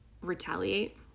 retaliate